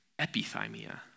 epithymia